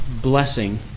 blessing